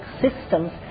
systems